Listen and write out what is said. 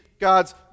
God's